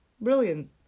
brilliant